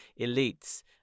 elites